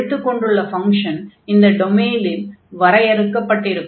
எடுத்துக் கொண்டுள்ள ஃபங்ஷன் இந்த டொமைனில் வரையறுக்கப்பட்டிருக்கும்